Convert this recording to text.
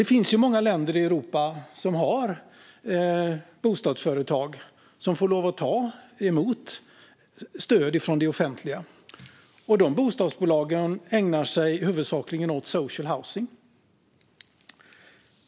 Det finns många länder i Europa som har bostadsföretag som får lov att ta emot stöd från det offentliga. Dessa bostadsbolag ägnar sig huvudsakligen åt social housing.